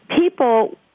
people